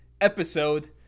episode